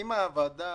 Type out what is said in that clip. הדיון המהיר נדחה.